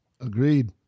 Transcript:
Agreed